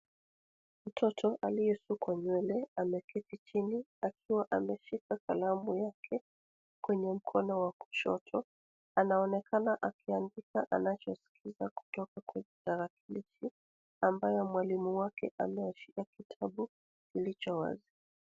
Mtoto aliyeshukwa nywele, ameketi chini akiwa ameshika kalamu yake kwenye mkono wa kushoto. Anaonekana akiandika anachosikiza kutoka kwenye tarakilishi, ambayo mwalimu wake aliyeshika kitabu kilicho wazi.